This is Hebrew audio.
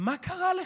מה קרה לך?